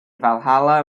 valhalla